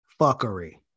fuckery